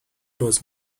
باز